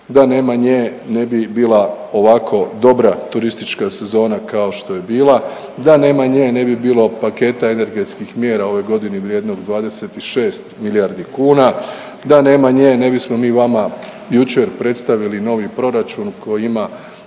da nema nje ne bi bila ovako dobra turistička sezona kao što je bila, da nema nje ne bi bilo paketa energetskih mjera u ovoj godini vrijednog 26 milijardi kuna, da nema nje ne bismo mi vama jučer predstavili novi proračun koji ima